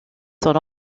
son